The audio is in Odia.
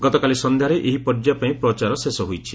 ଗତକାଲି ସନ୍ଧ୍ୟାରେ ଏହି ପର୍ଯ୍ୟାୟ ପାଇଁ ପ୍ରଚାର ଶେଷ ହୋଇଛି